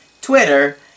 Twitter